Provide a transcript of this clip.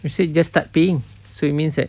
you said just start paying so it means that